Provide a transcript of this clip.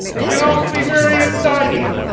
it can also be very exciting.